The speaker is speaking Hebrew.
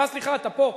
אה, סליחה, אתה פה.